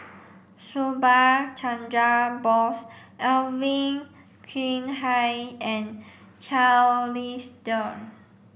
Subha Chandra Bose Alvin Yeo Khirn Hai and Charles Dyce